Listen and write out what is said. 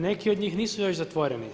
Neki od njih nisu još zatvoreni.